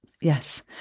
Yes